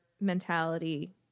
mentality